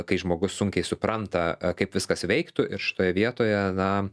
kai žmogus sunkiai supranta kaip viskas veiktų ir šitoje vietoje na